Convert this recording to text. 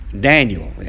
Daniel